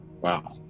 Wow